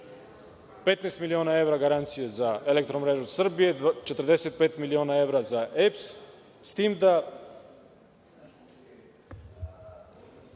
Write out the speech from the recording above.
15 miliona evra garancije za „Elektromrežu Srbije“, 45 miliona evra za EPS, s tim da